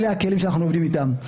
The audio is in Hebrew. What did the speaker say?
אלה הכלים שאנחנו עובדים איתם.